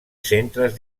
centres